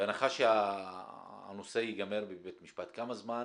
בהנחה שהנושא יגמר בבית משפט, כמה זמן